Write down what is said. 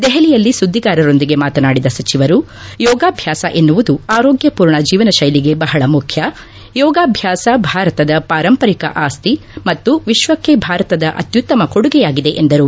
ದೆಹಲಿಯಲ್ಲಿ ಸುದ್ದಿಗಾರರೊಂದಿಗೆ ಮಾತನಾಡಿದ ಸಚಿವರು ಯೋಗಾಭ್ಲಾಸ ಎನ್ನುವುದು ಆರೋಗ್ಲ ಪೂರ್ಣ ಜೀವನ ಶೈಲಿಗೆ ಬಹಳ ಮುಖ್ಯ ಯೋಗಾಭ್ಲಾಸ ಭಾರತದ ಪಾರಂಪರಿಕ ಆಸ್ತಿ ಮತ್ತು ವಿಶ್ವಕ್ಕೆ ಭಾರತದ ಅತ್ಯುತ್ತಮ ಕೊಡುಗೆಯಾಗಿದೆ ಎಂದರು